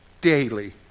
daily